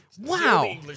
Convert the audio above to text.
Wow